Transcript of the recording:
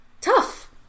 tough